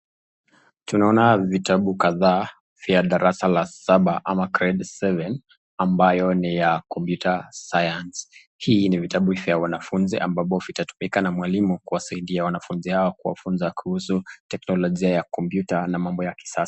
Tunaona vitabu kadhaa vya darasa la saba ama grade seven , ambayo ni ya computer science . Hii ni vitabu ambpo vinatumika na walimu kwa kusaidia wanafunzi hao kuwafunza kuhusu teknologia ya kompyuta na mambo ya kisasa.